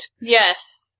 Yes